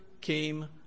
Came